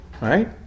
Right